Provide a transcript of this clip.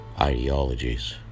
ideologies